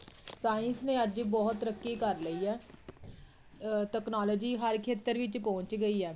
science ਨੇ ਅੱਜ ਬਹੁਤ ਤਰੱਕੀ ਕਰ ਲਈ ਹੈ ਤਕਨਾਲੋਜੀ ਹਰ ਖੇਤਰ ਵਿੱਚ ਪਹੁੰਚ ਗਈ ਆ